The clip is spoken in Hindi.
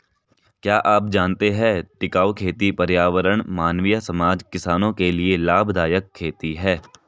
क्या आप जानते है टिकाऊ खेती पर्यावरण, मानवीय समाज, किसानो के लिए लाभदायक खेती है?